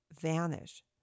vanish